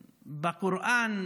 הקוראן,